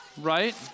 right